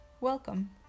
Welcome